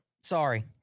sorry